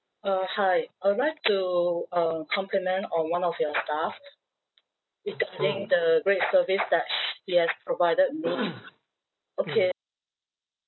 uh hi I would like to uh compliment on one of your staff regarding the great service that he has provided me okay